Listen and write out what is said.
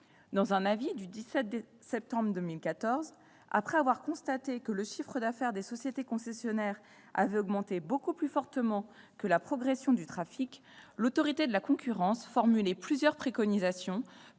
Dans un avis du 17 septembre 2014, après avoir constaté que le chiffre d'affaires des sociétés concessionnaires d'autoroutes avait augmenté beaucoup plus fortement que la progression du trafic, l'Autorité de la concurrence formulait plusieurs préconisations